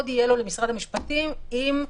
לכן אני מציע שניתן למשרד המשפטים לשקול